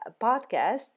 podcast